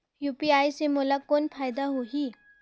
UPI से मोला कौन फायदा होही?